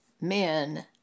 men